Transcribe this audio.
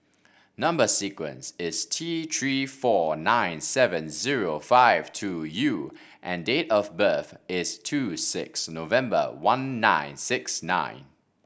number sequence is T Three four nine seven zero five two U and date of birth is two six November one nine six nine